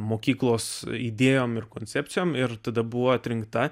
mokyklos idėjom ir koncepcijom ir tada buvo atrinkta